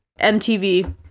MTV